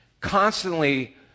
constantly